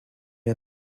are